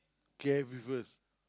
kay people